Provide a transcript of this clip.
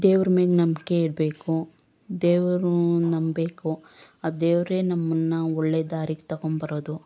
ದೇವ್ರು ಮೇಗೆ ನಂಬಿಕೆ ಇಡಬೇಕು ದೇವ್ರು ನಂಬಬೇಕು ಆ ದೇವರೇ ನಮ್ಮನ್ನು ಒಳ್ಳೆ ದಾರಿಗೆ ತೊಗೊಂಬರೋದು